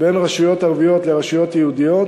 בין רשויות ערביות לרשויות היהודיות,